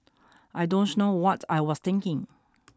I don't know what I was thinking